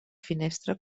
finestra